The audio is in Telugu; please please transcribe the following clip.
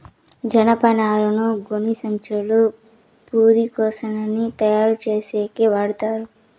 జనపనారను గోనిసంచులు, పురికొసలని తయారు చేసేకి వాడతారు